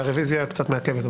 והרוויזיה קצת מעכבת.